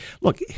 look